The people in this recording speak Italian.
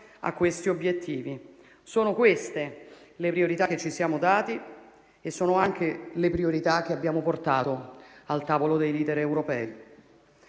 a questi obiettivi; sono queste le priorità che ci siamo dati e sono anche le priorità che abbiamo portato al tavolo dei *leader* europei.